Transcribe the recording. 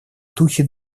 духе